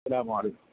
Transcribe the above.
السلام علیکم